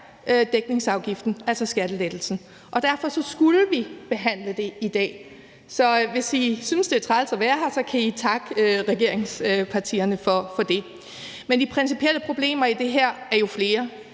dækningsafgiften, altså skattelettelsen, og det går jo ikke. Derfor skulle vi behandle det i dag. Så hvis I synes, det er træls at være her, kan I takke regeringspartierne for det. De principielle problemer i det her er jo flere.